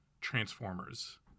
Transformers